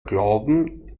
glauben